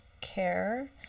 care